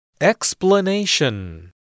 Explanation